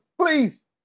Please